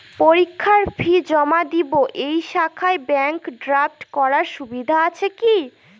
পরীক্ষার ফি জমা দিব এই শাখায় ব্যাংক ড্রাফট করার সুবিধা আছে কি?